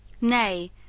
Nay